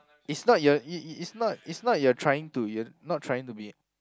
it's not your is is it's not it's not you trying to you're not trying to be